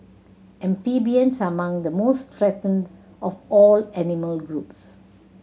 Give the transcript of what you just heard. amphibians are among the most threatened of all animal groups